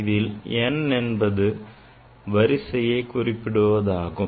இதில் n என்பது வரிசையை குறிப்பிடுவதாகும்